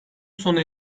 sona